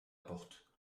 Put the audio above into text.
porte